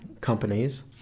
companies